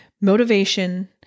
motivation